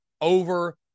over